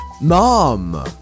mom